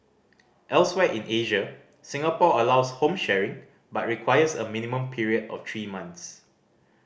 elsewhere in Asia Singapore allows home sharing but requires a minimum period of three months